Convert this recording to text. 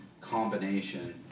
combination